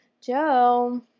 Joe